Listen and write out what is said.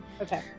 okay